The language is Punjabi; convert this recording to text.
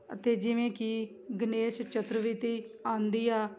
ਅਤੇ ਜਿਵੇਂ ਕਿ ਗਣੇਸ਼ ਚਤੁਰਥੀ ਆਉਂਦੀ ਆ